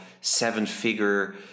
seven-figure